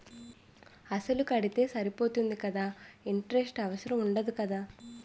అసలు కడితే సరిపోతుంది కదా ఇంటరెస్ట్ అవసరం ఉండదు కదా?